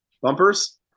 Bumpers